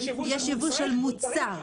יש ייבוא של מוצר,